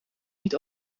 niet